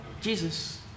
Jesus